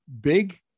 big